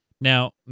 Now